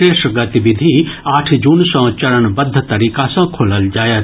शेष गतिविधि आठ जून सॅ चरणवद्व तरीका सँ खोलल जायत